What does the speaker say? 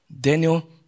Daniel